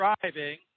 driving